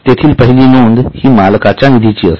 तेथील पहिली नोंद हि मालकाच्या निधीची असते